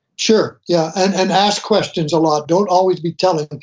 sure, yeah. and and ask questions a lot. don't always be telling them,